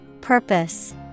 Purpose